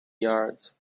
yards